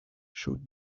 should